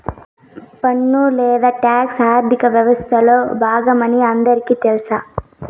పన్ను లేదా టాక్స్ ఆర్థిక వ్యవస్తలో బాగమని అందరికీ తెల్స